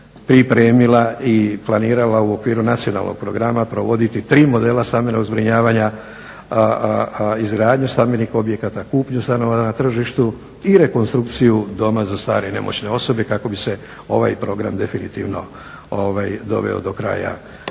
pripremila i planirala u okviru nacionalnog programa provoditi tri modela stambenog zbrinjavanja: izgradnju stambenih objekata, kupnju stanova na tržištu i rekonstrukciju doma za stare i nemoćne osobe kako bi se ovaj program definitivno doveo do kraja